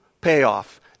payoff